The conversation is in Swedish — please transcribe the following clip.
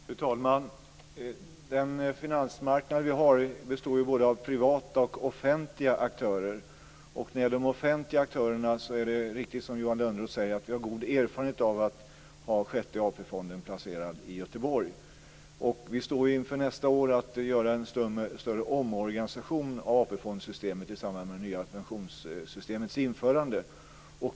Fru talman! Den finansmarknad vi har består ju av både privata och offentliga aktörer. Och när det gäller de offentliga aktörerna är det riktigt som Johan Lönnroth säger, att vi har god erfarenhet av att ha Sjätte AP-fonden placerad i Göteborg. Vi står inför nästa år att göra en större omorganisation av AP fondssystemet i samband med det nya pensionssystemets införande.